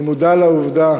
אני מודע לעובדה